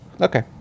Okay